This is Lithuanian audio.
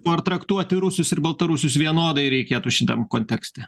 o ar traktuoti rusus ir baltarusius vienodai reikėtų šitam kontekste